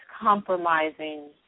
compromising